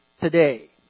today